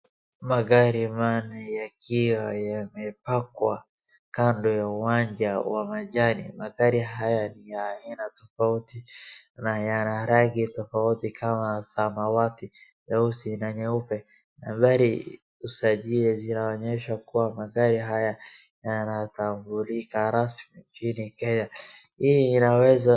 Magari manne yakiwa yamepakwa kando ya uwanja wa majani. Magari haya ni ya aina tofauti na yana rangi tofauti kama samawati, nyeusi na nyeupe. Nambari usajili zinaonyesha kuwa magari haya yanatumbulika rasmi nchini Kenya. Hii inaweza..